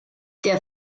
der